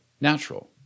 natural